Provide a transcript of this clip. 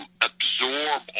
absorb